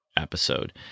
Episode